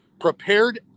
prepared